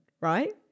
right